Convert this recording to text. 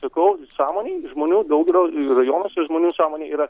sakau samonėj žmonių daugelio rajonuose žmonių sąmonė yra